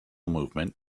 movement